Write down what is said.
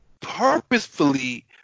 purposefully